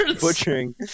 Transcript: butchering